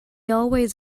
always